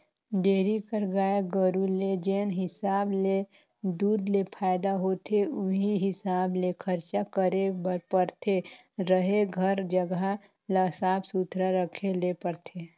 dairy कर गाय गरू ले जेन हिसाब ले दूद ले फायदा होथे उहीं हिसाब ले खरचा करे बर परथे, रहें कर जघा ल साफ सुथरा रखे ले परथे